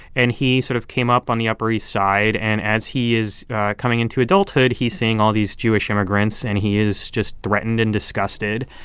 and he sort of came up on the upper east side. and as he is coming into adulthood, he's seeing all these jewish immigrants. and he is just threatened and disgusted.